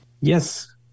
Yes